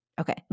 Okay